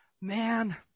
Man